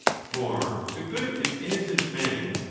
for to good and innocent men,